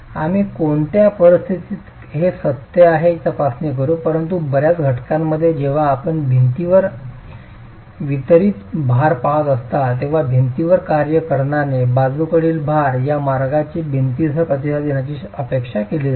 आम्ही कोणत्या परिस्थितीत हे सत्य आहे याची तपासणी करू परंतु बर्याच घटनांमध्ये जेव्हा आपण भिंतीवर वितरित भार पाहत असता तेव्हा भिंतीवर कार्य करणारे बाजूकडील भार या मार्गाने भिंतीस प्रतिसाद देण्याची अपेक्षा केली जाते